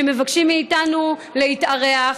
שמבקשים מאיתנו להתארח.